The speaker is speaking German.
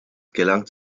gelangt